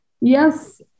yes